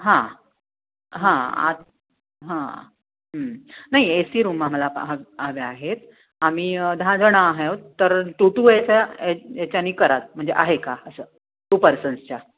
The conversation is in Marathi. हां हां आ हां नाही ए सी रूम आम्हाला हा हव्या आहेत आम्ही दहाजण आहोत तर टू टू असा याच्याने करा म्हणजे आहे का असं टू पर्सन्सच्या हां